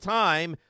time